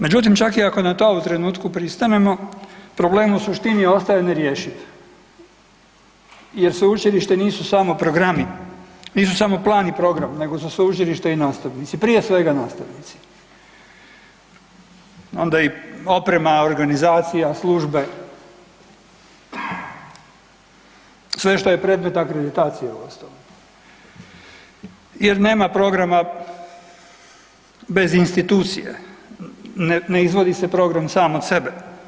Međutim, čak i ako u tom trenutku pristanemo, problem u suštini ostaje nerješiv jer sveučilište nisu samo programi, nisu samo plan i program nego su sveučilište i nastavnici, prije svega nastavnici onda i oprema, organizacija, službe, sve što je predmet akreditacije uostalom jer nema programa bez institucije, ne izvodi se program sam od sebe.